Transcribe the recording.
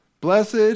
Blessed